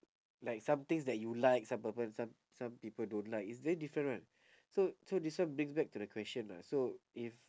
like some things that you like some people some some people don't like it's very different [one] so so this one brings back to the question ah so if